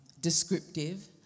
descriptive